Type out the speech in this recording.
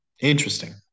Interesting